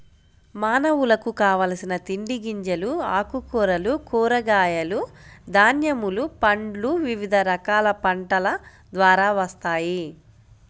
మానవులకు కావలసిన తిండి గింజలు, ఆకుకూరలు, కూరగాయలు, ధాన్యములు, పండ్లు వివిధ రకాల పంటల ద్వారా వస్తాయి